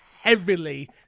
heavily